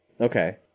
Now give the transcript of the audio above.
okay